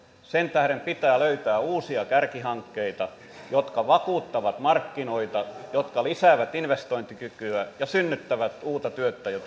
sen tähden pitää löytää uusia kärkihankkeita jotka vakuuttavat markkinoita jotka lisäävät investointikykyä ja synnyttävät uutta työtä ja